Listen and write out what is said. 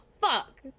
fuck